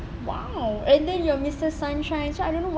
!wow! and then you are mister sunshine so I don't know